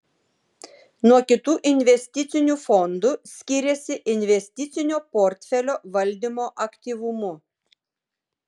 nuo kitų investicinių fondų skiriasi investicinio portfelio valdymo aktyvumu